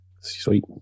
Sweet